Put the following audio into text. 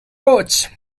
coach